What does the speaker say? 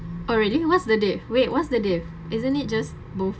already what's the day wait what's the day isn't it just move